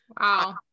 Wow